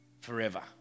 forever